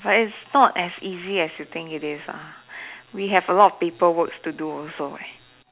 but it's not as easy as you think it is ah we have a lot of paper works to do also eh